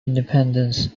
independence